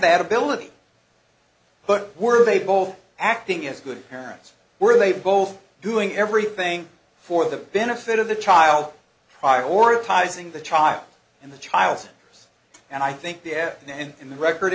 that ability but were they both acting as good parents were they both doing everything for the benefit of the child prioritizing the child and the child and i think the air in the record